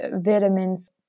vitamins